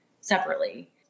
separately